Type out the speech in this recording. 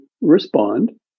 respond